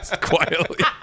quietly